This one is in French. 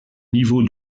niveau